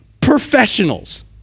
professionals